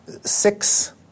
Six